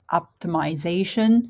optimization